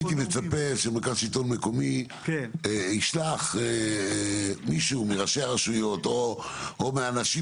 מצפה שמרכז שלטון מקומי ישלח מישהו מראשי הרשויות או מהאנשים